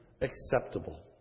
acceptable